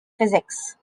physics